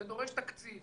זה דורש תקציב.